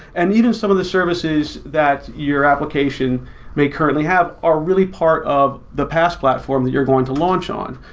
and even some of the services that your application may currently have are really part of the past platform that you're going to launch on.